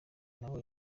nawe